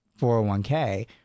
401k